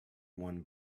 one